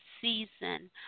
season